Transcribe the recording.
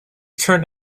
turned